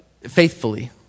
faithfully